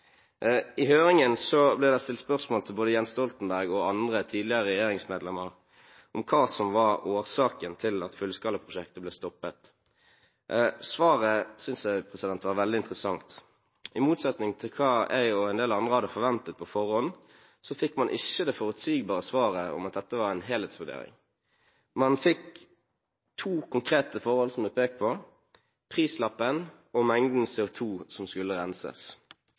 I høringen blir det stilt spørsmål både til Jens Stoltenberg og andre tidligere regjeringsmedlemmer om hva som var årsaken til at fullskalaprosjektet ble stoppet. Svaret synes jeg var veldig interessant. I motsetning til hva jeg og en del andre hadde forventet på forhånd, fikk man ikke det forutsigbare svaret om at dette var en helhetsvurdering. Det var to konkrete forhold som det ble pekt på: prislappen og mengden CO2 som skulle renses.